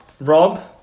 Rob